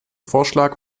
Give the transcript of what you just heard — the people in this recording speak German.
vorschlag